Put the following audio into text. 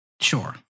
Sure